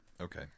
Okay